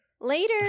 Later